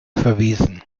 verwiesen